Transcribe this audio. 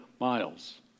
miles